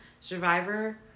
Survivor